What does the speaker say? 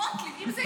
גוטליב.